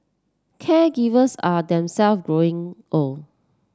caregivers are themselves growing old